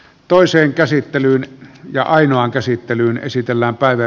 toiseen käsittelyyn ja ainoan käsittelyyn esitellään päivä